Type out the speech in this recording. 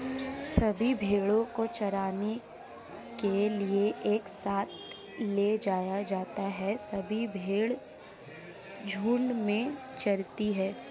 सभी भेड़ों को चराने के लिए एक साथ ले जाया जाता है सभी भेड़ें झुंड में चरती है